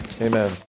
Amen